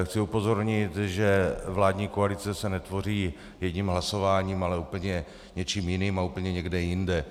Chci upozornit, že vládní koalice se netvoří jedním hlasováním, ale úplně něčím jiným a úplně někde jinde.